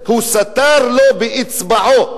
הוא סטר לו באצבעו.